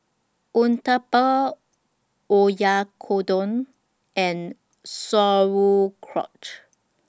Uthapam Oyakodon and Sauerkraut